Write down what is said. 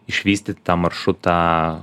išvystyt tą maršrutą